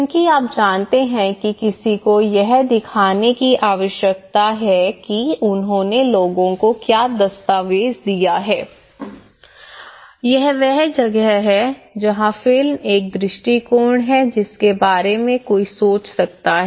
क्योंकि आप जानते हैं कि किसी को यह दिखाने की आवश्यकता है कि उन्होंने लोगों को क्या दस्तावेज दिया है यह वह जगह है जहां फिल्म एक दृष्टिकोण है जिसके बारे में कोई सोच सकता है